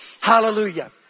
Hallelujah